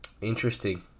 Interesting